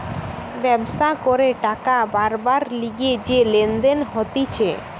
ব্যবসা করে টাকা বারবার লিগে যে লেনদেন হতিছে